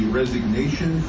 resignation